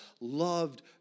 loved